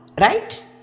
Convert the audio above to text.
Right